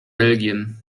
belgien